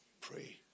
Pray